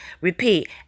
Repeat